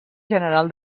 general